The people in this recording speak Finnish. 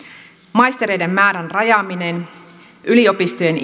maistereiden määrän rajaaminen yliopistojen